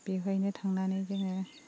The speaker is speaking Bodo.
बेवहायनो थांनानै जोङो